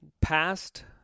past